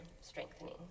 strengthening